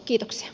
kiitoksia